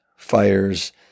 Fires